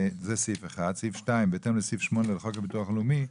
זה סעיף 1. סעיף 2 "בהתאם לסעיף 8 בחוק הביטוח הלאומי,